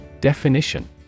Definition